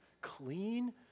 clean